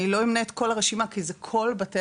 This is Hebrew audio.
אני לא אמנה את כל הרשימה כי זה כל בתי